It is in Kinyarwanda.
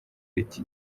iki